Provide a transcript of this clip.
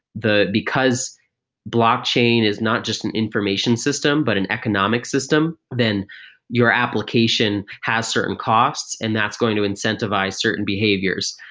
because blockchain is not just an information system, but an economic system. then your application has certain costs and that's going to incentivize certain behaviors.